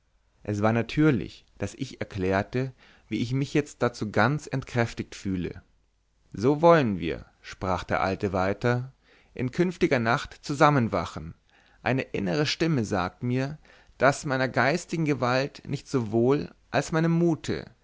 es war natürlich daß ich erklärte wie ich mich jetzt dazu ganz entkräftigt fühle so wollen wir sprach der alte weiter in künftiger nacht zusammen wachen eine innere stimme sagt mir daß meiner geistigen gewalt nicht sowohl als meinem mute